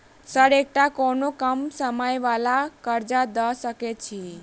Sir एकटा कोनो कम समय वला कर्जा दऽ सकै छी?